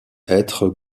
êtres